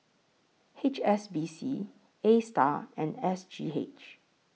H S B C ASTAR and S G H